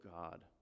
God